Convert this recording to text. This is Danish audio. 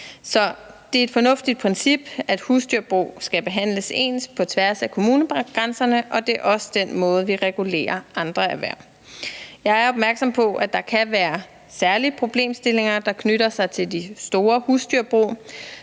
Så det er et fornuftigt princip, at husdyrbrug skal behandles ens på tværs af kommunegrænserne, og det er også på den måde, vi regulerer andre erhverv. Kl. 17:30 Jeg er opmærksom på, at der kan være særlige problemstillinger, der knytter sig til de store husdyrbrug.